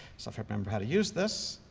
so if i remember how to use this.